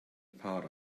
part